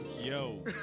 Yo